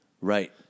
Right